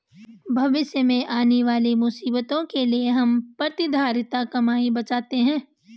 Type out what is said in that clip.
भविष्य में आने वाली मुसीबत के लिए हम प्रतिधरित कमाई बचाते हैं